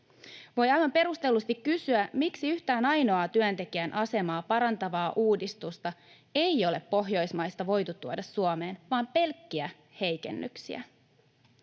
Voi aivan perustellusti kysyä, miksi yhtään ainoaa työntekijän asemaa parantavaa uudistusta ei ole Pohjoismaista voitu tuoda Suomeen, vaan pelkkiä heikennyksiä.